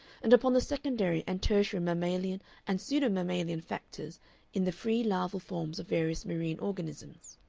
and upon the secondary and tertiary mammalian and pseudo-mammalian factors in the free larval forms of various marine organisms.